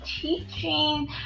teaching